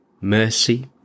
mercy